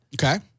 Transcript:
Okay